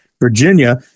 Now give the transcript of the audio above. Virginia